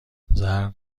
زرد